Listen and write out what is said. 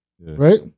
right